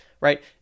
right